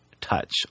touch